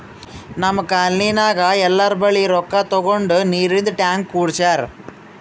ನಮ್ ಕಾಲ್ನಿನಾಗ್ ಎಲ್ಲೋರ್ ಬಲ್ಲಿ ರೊಕ್ಕಾ ತಗೊಂಡ್ ನೀರಿಂದ್ ಟ್ಯಾಂಕ್ ಕುಡ್ಸ್ಯಾರ್